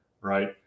Right